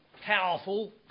powerful